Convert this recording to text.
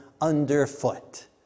underfoot